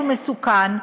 הוא מסוכן,